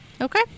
Okay